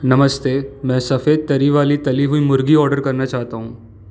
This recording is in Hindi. नमस्ते मैं सफ़ेद तरी वाली तली हुई मुर्गी ऑर्डर करना चाहता हूँ